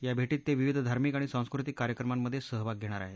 या भेटीत ते विविध धार्मिक आणि सांस्कृतिक कार्यक्रमांमध्ये सहभाग घेणार आहेत